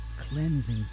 cleansing